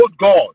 God